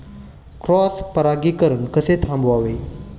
Cross परागीकरण कसे थांबवावे?